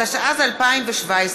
התשע"ז 2017,